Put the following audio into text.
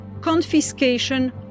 confiscation